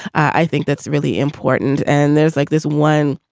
i think that's really important and there's like this one